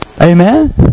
Amen